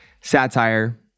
satire